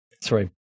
Sorry